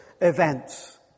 events